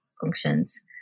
functions